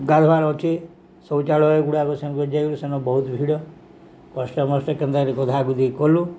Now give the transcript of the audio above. ଗାଧବାର ଅଛି ଶୌଚାଳୟ ଗୁଡ଼ାକ ସେନ ଯାଇ ସେନ ବହୁତ ଭିଡ଼ କଷ୍ଟମଷ୍ଟେ କେନ୍ତା ଗୋଧାଗୁଧି କଲୁ